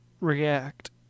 react